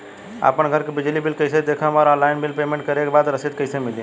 आपन घर के बिजली बिल कईसे देखम् और ऑनलाइन बिल पेमेंट करे के बाद रसीद कईसे मिली?